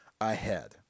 ahead